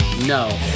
No